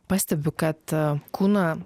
pastebiu kad kūno